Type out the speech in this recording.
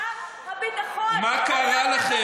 שר הביטחון, על מה אתה מדבר?